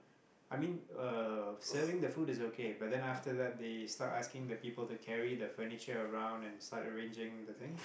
I mean uh serving the food is okay but then after that they start asking the people to carry the furniture around and start arranging the thing